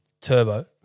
Turbo